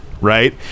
right